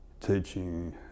teaching